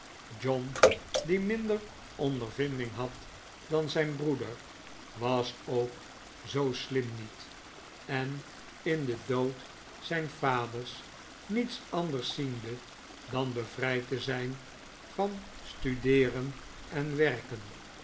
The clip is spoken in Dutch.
john die minder ondervinding had dan zijn broeder was ook zoo slim niet en in den dood zijn vaders niets anders ziende dan bevrijd te zijn van studeeren en werken